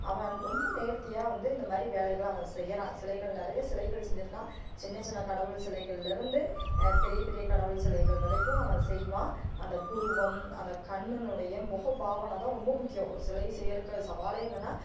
அவன் ரொம்ப நேர்த்தியாக வந்து இந்தமாதிரி வேலைகளை அவன் செயகிறான் சிலைகள் நிறையா சிலைகள் செஞ்சுருக்கான் சின்ன சின்ன கடவுள் சிலைகள்லிருந்து பெரிய பெரிய கடவுள் சிலைகள் வரைக்கும் அவன் செய்வான் அந்த புருவம் அந்த கண்ணுடைய முக பாவனைதான் ரொம்ப முக்கியம் ஒரு சிலை செய்யுறக்கு அது சவாலே என்னென்னால்